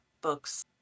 books